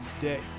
day